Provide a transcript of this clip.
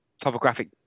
topographic